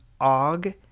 Og